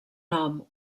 nom